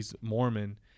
Mormon